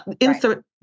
insert